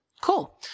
Cool